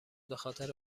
بخاطر